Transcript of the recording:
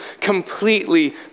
completely